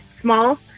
small